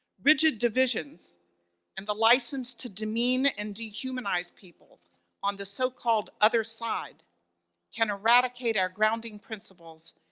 rigid divisions and the license to demean and dehumanize people on the so-called other side can eradicate our grounding principles,